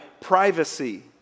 privacy